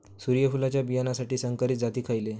सूर्यफुलाच्या बियानासाठी संकरित जाती खयले?